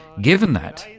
given that,